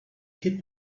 hit